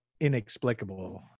Inexplicable